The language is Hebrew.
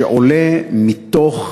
שעולה מתוך